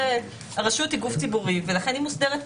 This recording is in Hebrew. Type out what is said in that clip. הרשות היא גוף ציבורי ולכן היא מוסדרת כאן.